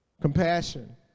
Compassion